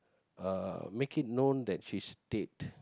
uh make it known that she's dead